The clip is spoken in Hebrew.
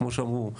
כמו שאמרו,